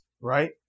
right